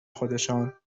خودشان